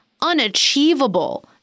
unachievable